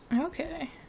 Okay